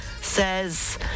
says